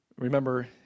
Remember